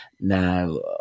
Now